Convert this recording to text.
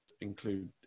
include